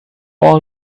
all